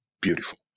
beautiful